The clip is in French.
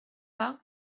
pas